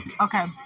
Okay